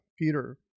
Peter